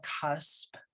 cusp